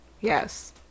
yes